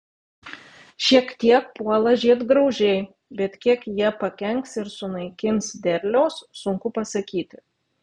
šiek tiek puola žiedgraužiai bet kiek jie pakenks ir sunaikins derliaus sunku pasakyti